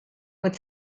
what